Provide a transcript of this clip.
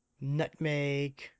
Nutmeg